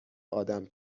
آدم